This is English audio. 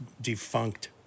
defunct